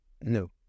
no